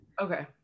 okay